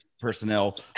personnel